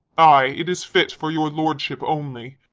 ay, it is fit for your lordship only.